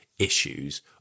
issues